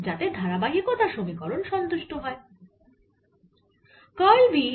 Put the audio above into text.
যাতে ধারাবাহিকতা সমীকরণ সন্তুষ্ট তাকে